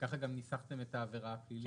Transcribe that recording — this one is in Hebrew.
ככה גם ניסחתם את העבירה הפלילית.